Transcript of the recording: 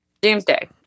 Doomsday